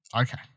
okay